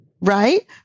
right